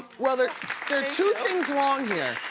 well there, there are two things wrong here.